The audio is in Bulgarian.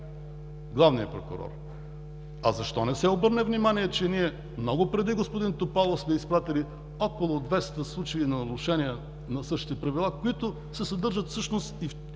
главния прокурор. А защо не се обърне внимание, че ние много преди господин Топалов сме изпратили около 200 случая на влошение на същите правила, които се съдържат всъщност – част